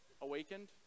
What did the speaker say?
Awakened